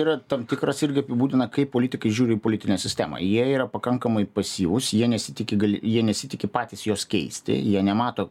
yra tam tikras irgi apibūdina kaip politikai žiūri į politinę sistemą jie yra pakankamai pasyvūs jie nesitiki jie nesitiki patys jos keisti jie nemato